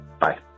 bye